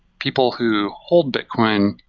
people who hold bitcoin,